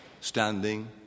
standing